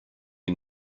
you